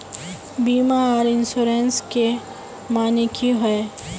बीमा आर इंश्योरेंस के माने की होय?